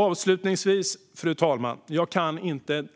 Avslutningsvis, fru talman, kan jag